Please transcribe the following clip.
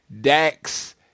Dax